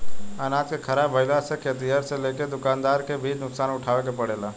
अनाज के ख़राब भईला से खेतिहर से लेके दूकानदार के भी नुकसान उठावे के पड़ेला